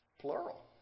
Plural